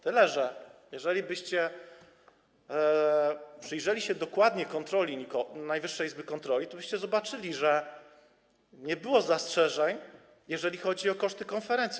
Tyle że jeżelibyście przyjrzeli się dokładnie kontroli Najwyższej Izby Kontroli, tobyście zobaczyli, że nie było zastrzeżeń, jeżeli chodzi o koszty konferencji.